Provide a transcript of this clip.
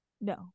no